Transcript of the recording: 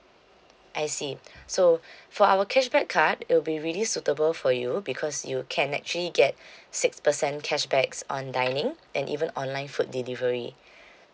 I see so for our cashback card it will be really suitable for you because you can actually get six percent cashbacks on dining and even online food delivery